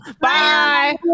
Bye